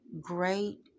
great